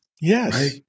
Yes